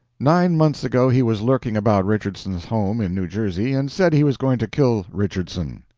nine months ago he was lurking about richardson's home in new jersey, and said he was going to kill richardson.